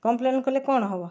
complain କଲେ କ'ଣ ହବ